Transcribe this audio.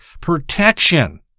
protection